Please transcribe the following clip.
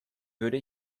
würde